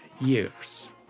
years